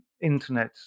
internet